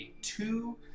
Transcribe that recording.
two